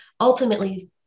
ultimately